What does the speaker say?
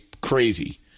crazy